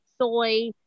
soy